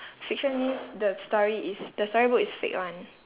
fiction means the story is the storybook is fake [one]